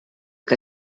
que